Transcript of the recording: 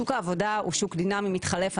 שוק העבודה הוא שוק דינמי, מתחלף.